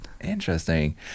Interesting